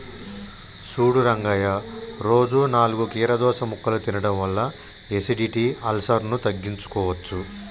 సూడు రంగయ్య రోజు నాలుగు కీరదోస ముక్కలు తినడం వల్ల ఎసిడిటి, అల్సర్ను తగ్గించుకోవచ్చు